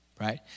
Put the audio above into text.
right